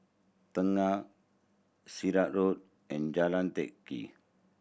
Tengah Sirat Road and Jalan Teck Kee